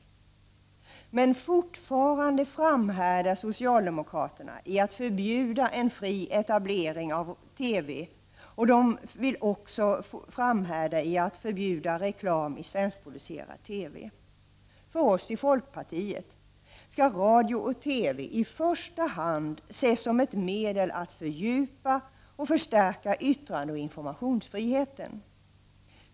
Men fortfarande framhärdar socialdemokraterna i att förbjuda fri etablering av TV och i att förbjuda reklam i svenskproducerad TV. Vi i folkpartiet ser radio och TV i första hand som medel att fördjupa och förstärka yttrandeoch informationsfriheten.